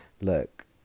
look